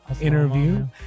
interview